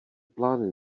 plány